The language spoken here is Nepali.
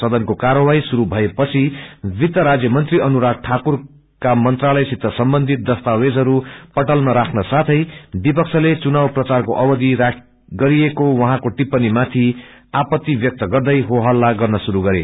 सदनको कार्यवाही शुरू भएपछि वित्त राज्यमंत्री अनुराग ठाकुरका मंत्रालयसित सम्बन्धित दस्तावेज पटलमा राख्न सथै विपक्षले चुनाव प्रचारको अवधि गरिएको उहाँको टिप्पणी माथि आपत्ति व्यक्त गदै हो हल्ला गर्न शुरू गरे